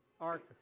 Ark